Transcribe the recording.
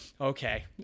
okay